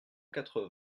quatre